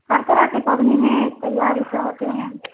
हर तरह के सभी है त्यौहार ऐसे होते हैं